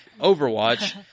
Overwatch